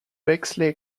bexley